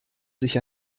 sich